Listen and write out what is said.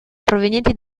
provenienti